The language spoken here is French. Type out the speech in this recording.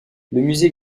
musée